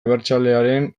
abertzalearen